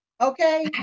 okay